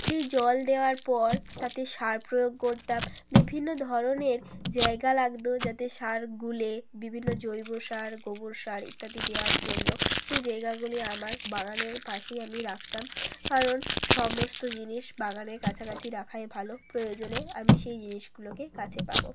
সেই জল দেওয়ার পর তাতে সার প্রয়োগ করতাম বিভিন্ন ধরনের জায়গা লাগতো যাতে সার গুলে বিভিন্ন জৈব সার গোবর সার ইত্যাদি দেওয়ার জন্য সেই জায়গাগুলি আমার বাগানের পাশেই আমি রাখতাম কারণ সমস্ত জিনিস বাগানের কাছাকাছি রাখাই ভালো প্রয়োজনে আমি সেই জিনিসগুলোকে কাছে পাবো